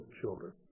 children